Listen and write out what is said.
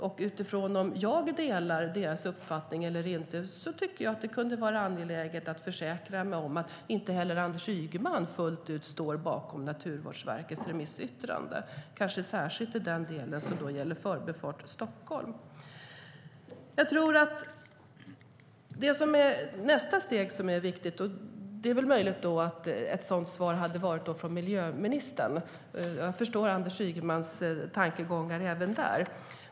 Och utifrån om jag delar deras uppfattning eller inte tyckte jag att det kunde vara angeläget att försäkra mig om att inte heller Anders Ygeman fullt ut står bakom Naturvårdsverkets remissyttrande, kanske särskilt i den del som gäller Förbifart Stockholm. Det är väl möjligt att ett sådant svar hade varit från miljöministern. Jag förstår Anders Ygemans tankegångar även där.